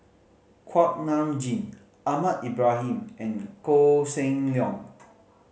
Kuak Nam Jin Ahmad Ibrahim and Koh Seng Leong